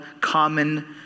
common